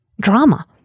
Drama